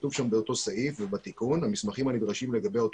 כתוב באותו סעיף ובתיקון "המסמכים הנדרשים לגבי אותו